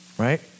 Right